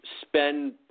spend